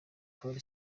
pole